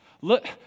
Look